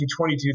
22